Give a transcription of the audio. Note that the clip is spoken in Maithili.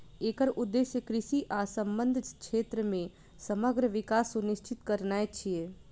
एकर उद्देश्य कृषि आ संबद्ध क्षेत्र मे समग्र विकास सुनिश्चित करनाय छियै